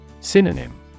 Synonym